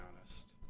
honest